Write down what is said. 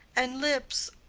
and, lips,